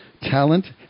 talent